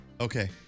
okay